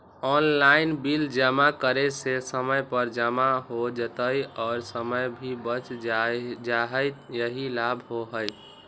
Online bill जमा करे से समय पर जमा हो जतई और समय भी बच जाहई यही लाभ होहई?